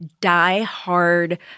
die-hard